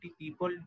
people